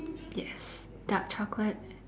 yes dark chocolate